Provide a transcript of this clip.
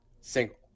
single